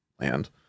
land